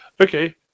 okay